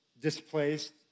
displaced